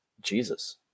jesus